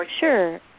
Sure